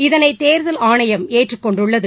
இதனை தேர்தல் ஆணையம் ஏற்றுக்கொண்டுள்ளது